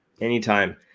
anytime